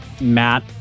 Matt